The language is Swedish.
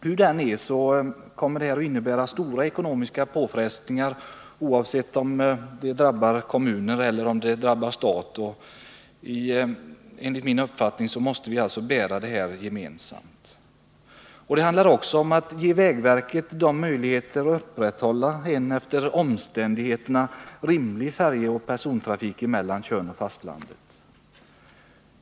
Hur det än är kommer det inträffade att innebära stora ekonomiska påfrestningar, vare sig det är staten eller kommuner som drabbas. Enligt min uppfattning måste vi alltså bära denna börda gemensamt. Det handlar också om att ge vägverket möjligheter att upprätthålla en efter omständigheterna rimlig färjeoch persontrafik mellan Tjörn och fastlandet.